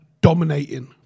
dominating